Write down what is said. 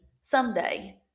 someday